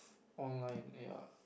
online ya